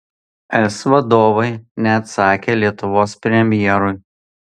es vadovai neatsakė lietuvos premjerui